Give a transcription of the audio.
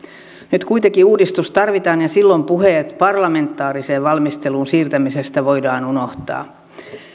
nyt kuitenkin uudistus tarvitaan ja silloin puheet parlamentaariseen valmisteluun siirtämisestä voidaan unohtaa